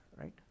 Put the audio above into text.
right